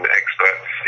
experts